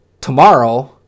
tomorrow